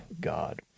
God